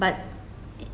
but